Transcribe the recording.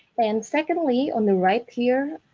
and secondly, on the right here,